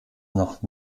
noch